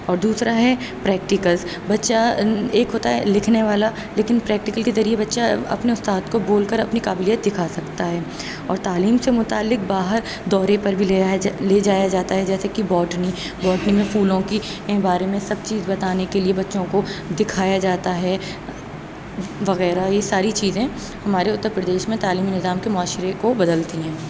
اور دوسرا ہے پریکٹیکلس بچہ ایک ہوتا ہے لکھنے والا لیکن پریکٹیکل کے ذریعے بچہ اپنا استاد کو بول کر اپنی قابلیت دکھا سکتا ہے اور تعلیم سے متعلق باہر دورے پر بھی لے جایا لے جایا جاتا ہے جیسے کی باٹنی باٹنی میں پھولوں کی بارے میں سب چیز بتانے کے لیے بچوں کو دکھایا جاتا ہے وغیرہ یہ ساری چیزیں ہمارے اتر پردیش میں تعلیمی نظام کے معاشرے کو بدلتی ہیں